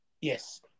Yes